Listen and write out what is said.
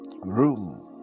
room